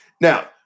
Now